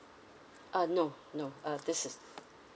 uh no no uh this is